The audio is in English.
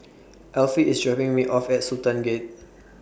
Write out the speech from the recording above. Alfie IS dropping Me off At Sultan Gate